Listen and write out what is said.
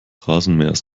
rasenmähers